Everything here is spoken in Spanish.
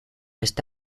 este